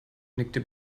nickte